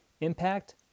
impact